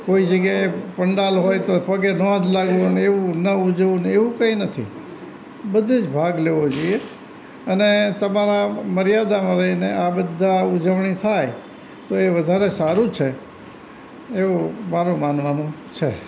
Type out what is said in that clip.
કોઈ જગ્યાએ પંડાલ હોય તો પગે ન જ લાગવું અને એવું ન ઉજવવું ને એવું કંઈ નથી બધે જ ભાગ લેવો જોઈએ અને તમારા મર્યાદામાં રહીને આ બધા ઉજવણી થાય તો એ વધારે સારું છે એવું મારું માનવાનું છે